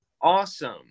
Awesome